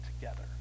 together